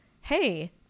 hey